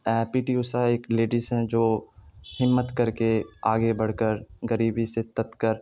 پی T Usha ایک ladies ہیں جو ہمت کر کے آگے بڑھ کر گریبی سے تت کر